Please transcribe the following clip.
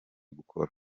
gukora